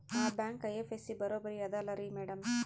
ಆ bank IFSC ಬರೊಬರಿ ಅದಲಾರಿ ಮ್ಯಾಡಂ?